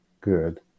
good